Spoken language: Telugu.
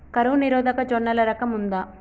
కరువు నిరోధక జొన్నల రకం ఉందా?